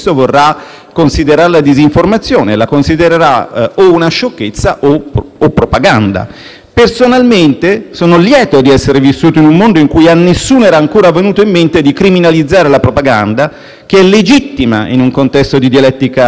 Personalmente sono lieto di essere vissuto in un mondo in cui a nessuno era ancora venuto in mente di criminalizzare la propaganda, che è legittima in un contesto di dialettica politica. Criminalizzare la propaganda per assicurare elezioni democratiche è una contraddizione in termini,